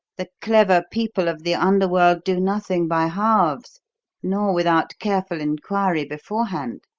the clever people of the under-world do nothing by halves nor without careful inquiry beforehand